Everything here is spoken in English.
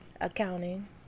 Accounting